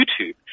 YouTube